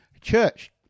Church